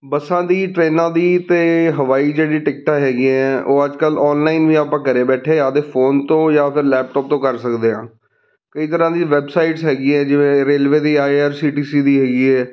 ਬੱਸਾਂ ਦੀ ਟ੍ਰੇਨਾਂ ਦੀ ਅਤੇ ਹਵਾਈ ਜਿਹੜੀਆਂ ਟਿਕਟਾਂ ਹੈਗੀਆਂ ਉਹ ਅੱਜ ਕੱਲ੍ਹ ਓਨਲਾਈਨ ਵੀ ਆਪਾਂ ਘਰ ਬੈਠੇ ਆਪਦੇ ਫੋਨ ਤੋਂ ਜਾਂ ਫਿਰ ਲੈਪਟੋਪ ਤੋਂ ਕਰ ਸਕਦੇ ਹਾਂ ਕਈ ਤਰ੍ਹਾਂ ਦੀ ਵੈਬਸਾਈਟਸ ਹੈਗੀਆਂ ਜਿਵੇਂ ਰੇਲਵੇ ਦੀ I R C T C ਦੀ ਹੈਗੀ ਹੈ